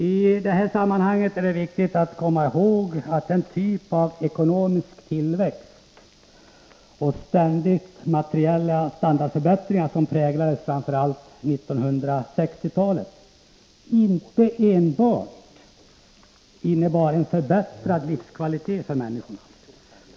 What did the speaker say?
I detta sammanhang är det viktigt att komma ihåg att den typ av ekonomisk tillväxt och ständiga materiella standardförbättringar som präglade framför allt 1960-talet inte enbart innebar en förbättrad livskvalitet för människorna.